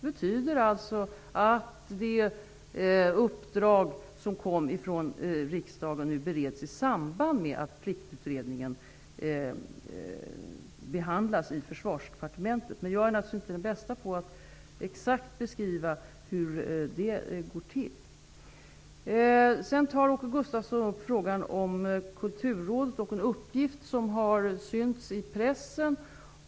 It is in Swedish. Detta betyder att riksdagens uppdrag nu bereds i samband med att Försvarsdepartementet. Men jag är naturligtvis inte den bästa på att exakt beskriva hur detta går till. Sedan tog Åke Gustavsson upp frågan om Kulturrådet och en uppgift som har synts i pressen.